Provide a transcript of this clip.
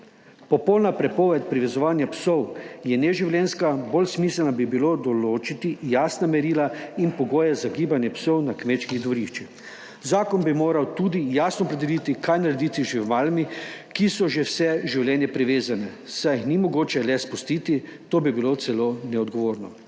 Popolna prepoved privezovanja psov je neživljenjska, bolj smiselno bi bilo določiti jasna merila in pogoje za gibanje psov na kmečkih dvoriščih. Zakon bi moral tudi jasno opredeliti, kaj narediti z živalmi, ki so že vse življenje privezane, saj jih ni mogoče le spustiti. To bi bilo celo neodgovorno.